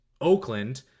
Oakland